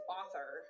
author